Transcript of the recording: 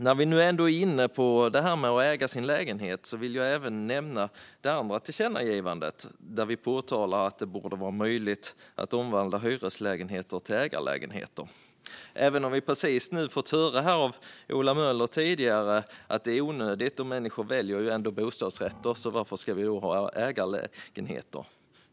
När vi nu ändå är inne på detta med att äga sin lägenhet vill jag även nämna det andra tillkännagivandet, där vi påpekar att det borde vara möjligt att omvandla hyreslägenheter till ägarlägenheter. Vi har tidigare här fått höra av Ola Möller att det är onödigt och att människor ändå väljer bostadsrätter, så varför ska vi då ha ägarlägenheter.